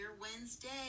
Wednesday